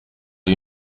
you